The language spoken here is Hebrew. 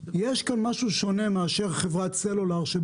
יש כאן משהו שונה מאשר חברת סלולר בה